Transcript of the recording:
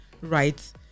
right